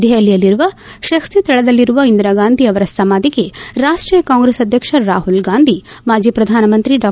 ದೆಹಲಿಯಲ್ಲಿರುವ ಶಕ್ತಿ ಸ್ವಳದಲ್ಲಿರುವ ಇಂದಿರಾಗಾಂಧಿ ಅವರ ಸಮಾಧಿಗೆ ರಾಷ್ಷೀಯ ಕಾಂಗ್ರೆಸ್ ಅಧ್ವಕ್ಷ ರಾಹುಲ್ ಗಾಂಧಿ ಮಾಜಿ ಪ್ರಧಾನ ಮಂತ್ರಿ ಡಾ